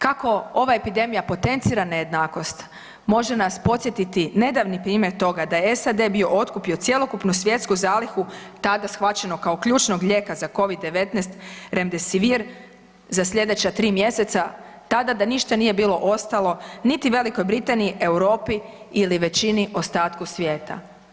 Kako ova epidemija potencira nejednakost može nas podsjetiti nedavni primjer toga da je SAD bio otkupio cjelokupnu svjetsku zalihu tada shvaćeno kao ključnog lijeka za COVID-19 Remdesivira za sljedeća tri mjeseca, tada da ništa nije bilo ostalo niti Velikoj Britaniji, Europi ili veći ostatku svijeta.